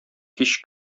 кич